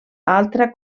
altra